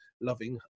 loving